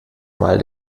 mal